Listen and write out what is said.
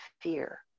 fear